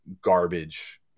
garbage